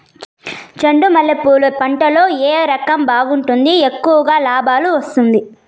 చెండు మల్లె పూలు పంట లో ఏ రకం బాగుంటుంది, ఎక్కువగా లాభాలు వస్తుంది?